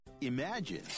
Imagine